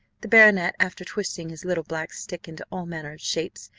the baronet, after twisting his little black stick into all manner of shapes,